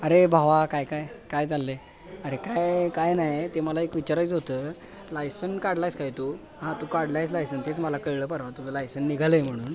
अरे भावा काय काय काय चाललं आहे अरे काय काय नाही ते मला एक विचारायचं होतं लायसन काढलं आहेस काय तू हां तू काढलं आहेस लायसन तेच मला कळलं परवा तुझं लायसन निघालं आहे म्हणून